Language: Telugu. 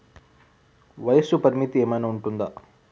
వయస్సు పరిమితి ఏమైనా ఉంటుందా?